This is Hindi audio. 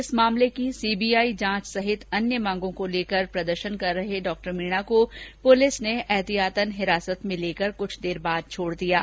इस मामले की सीबीआई जांच सहित अन्य मांगों को लेकर प्रदर्शन कर रहे श्री मीणा को पुलिस द्वारा एहतियातन हिरासत में लेकर कुछ देर बाद छोड़ दिया गया